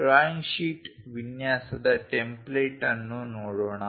drawing sheet ವಿನ್ಯಾಸದ template ಅನ್ನು ನೋಡೋಣ